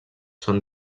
són